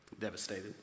devastated